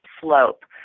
Slope